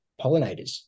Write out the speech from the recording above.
pollinators